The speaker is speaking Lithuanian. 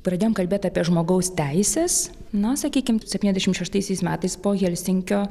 pradėjom kalbėt apie žmogaus teises na sakykim septyniasdešimt šeštaisiais metais po helsinkio